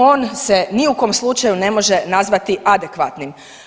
On se ni u kom slučaju ne može nazvati adekvatnim.